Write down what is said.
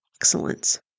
excellence